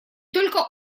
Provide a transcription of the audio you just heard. только